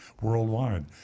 worldwide